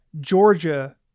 Georgia